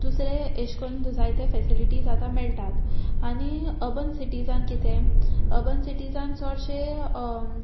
दुसरे एशे कोन जायते फेसिलिटीज आतां मेळटात आनी अर्बन सिटिजान कितें अर्बन सिटीजान चोडशें